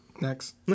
Next